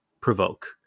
provoke